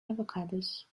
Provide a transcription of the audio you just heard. avocados